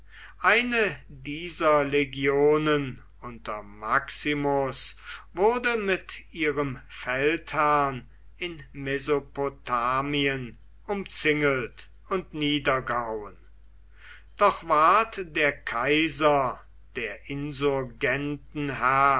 eine dieser legionen unter maximus wurde mit ihrem feldherrn in mesopotamien umzingelt und niedergehauen doch ward der kaiser der